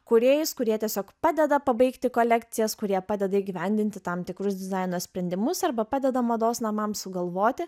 kūrėjais kurie tiesiog padeda pabaigti kolekcijas kurie padeda įgyvendinti tam tikrus dizaino sprendimus arba padeda mados namams sugalvoti